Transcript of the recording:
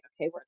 okay